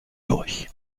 durch